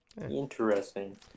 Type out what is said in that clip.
interesting